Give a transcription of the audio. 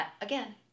Again